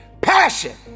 passion